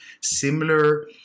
similar